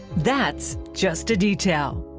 that's just a detail.